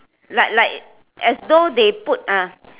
like like as though they put a